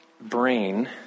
brain